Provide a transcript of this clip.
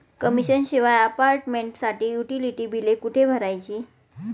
Commission शिवाय अपार्टमेंटसाठी utility बिले कुठे भरायची?